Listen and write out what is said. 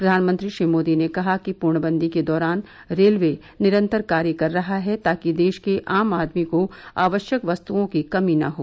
प्रधानमंत्री श्री मोदी ने कहा कि पूर्णबंदी के दौरान रेलवे निरंतर कार्य कर रहा है ताकि देश के आम आदमी को आवश्यक वस्तुओं की कमी न हो